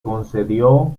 concedió